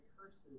curses